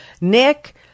Nick